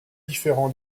différents